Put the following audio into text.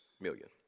million